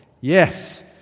yes